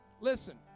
Listen